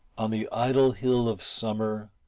on the idle hill of summer,